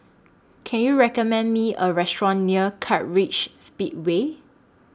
Can YOU recommend Me A Restaurant near Kartright Speedway